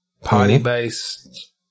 Party-based